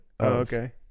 okay